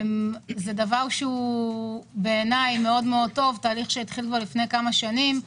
זה תהליך טוב שהתחיל לפני כמה שנים.